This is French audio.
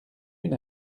une